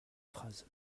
phrase